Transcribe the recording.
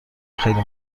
خیلی